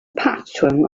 patron